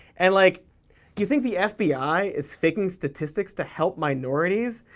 and like. do you think the fbi is faking statistics to help minorities?